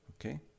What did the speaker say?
Okay